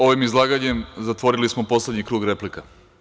Ovim izlaganjem zatvorili smo poslednji krug replika.